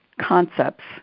concepts